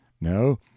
no